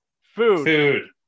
food